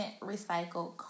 recycled